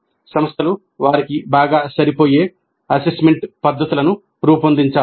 సంస్థలు వారికి బాగా సరిపోయే అసెస్మెంట్ పద్ధతులను రూపొందించాలి